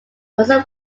also